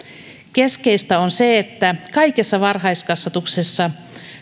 keskeistä on se että kaikessa varhaiskasvatuksessa